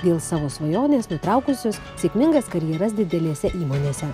dėl savo svajonės nutraukusios sėkmingas karjeras didelėse įmonėse